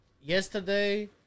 yesterday